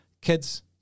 kids